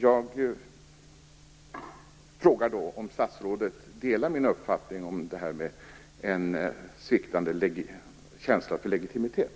Jag undrar om statsrådet delar min uppfattning att det finns en sviktande känsla för legitimitet?